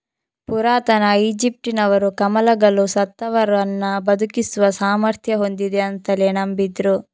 ಪುರಾತನ ಈಜಿಪ್ಟಿನವರು ಕಮಲಗಳು ಸತ್ತವರನ್ನ ಬದುಕಿಸುವ ಸಾಮರ್ಥ್ಯ ಹೊಂದಿವೆ ಅಂತಲೇ ನಂಬಿದ್ರು